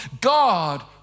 God